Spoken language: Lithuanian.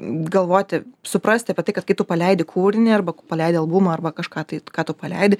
galvoti suprasti apie tai kad kai tu paleidi kūrinį arba paleidi albumą arba kažką tai ką tu paleidi